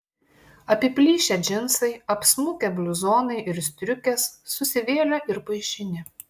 apiplyšę džinsai apsmukę bliuzonai ir striukės susivėlę ir paišini